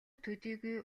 төдийгүй